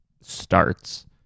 starts